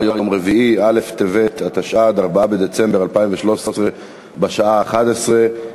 אם כן, בעד, 26, אין מתנגדים ואין נמנעים.